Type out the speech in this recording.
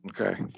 Okay